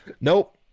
Nope